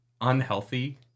unhealthy